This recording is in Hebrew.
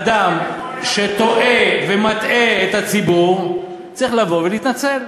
אדם שטועה ומטעה את הציבור צריך לבוא ולהתנצל.